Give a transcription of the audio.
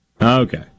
Okay